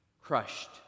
crushed